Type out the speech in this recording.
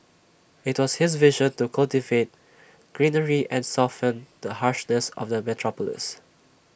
IT was his vision to cultivate greenery and soften the harshness of the metropolis